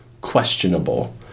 questionable